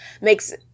makes